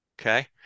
okay